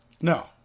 No